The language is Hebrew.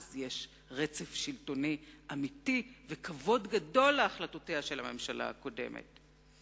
אז יש רצף שלטוני אמיתי וכבוד גדול להחלטותיה של הממשלה הקודמת.